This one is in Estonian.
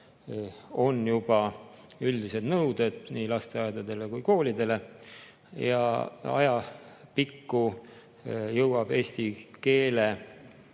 on juba üldised nõuded nii lasteaedadele kui ka koolidele. Ja ajapikku jõuab eesti keel